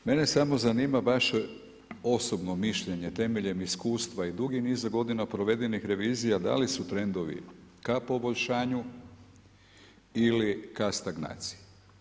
Mene samo zanima vaše osobno mišljenje temeljem iskustva i dugi niz godina provedenih revizija, da li su trendovi ka poboljšanju ili ka stagnaciji.